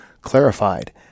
clarified